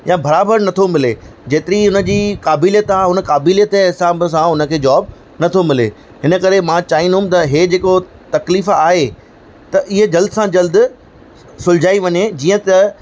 या बराबर नथो मिले जेतिरी हुन जी क़ाबिलियत आहे हुन क़ाबिलियत जे हिसाब सां हुन खे जॉब न थो मिले हिन करे मां चाहींदुमि त ही जेको तकलीफ़ आहे त इहे जल्द सां जल्द सुलझाई वञे जीअं त